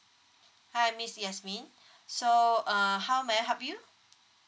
hi miss yasmine so uh how may I help you